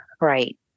Right